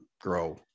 grow